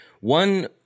One